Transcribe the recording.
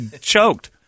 choked